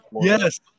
Yes